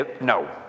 no